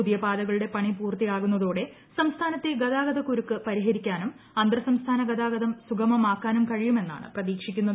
പുതിയ പാതകളുടെ പണി പൂർത്തിയാകുന്നതോടെ സംസ്ഥാനത്തെ ഗതാഗതക്കുരുക്ക് പരിഹരിക്കാനും അന്തർസംസ്ഥാന ഗതാഗതം സുഗമമാക്കാനും കഴിയുമെന്നാണ് പ്രതീക്ഷിക്കുന്നത്